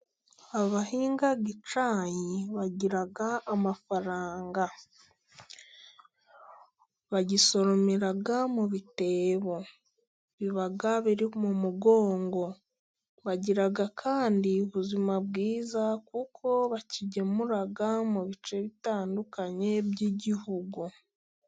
Abahinga icyayi bagira amafaranga. Bagisoromera mu bitebo. Biba biri mu mugongo. Bagira kandi ubuzima bwiza kuko bakigemura mu bice bitandukanye by'igihugu.